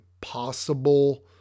possible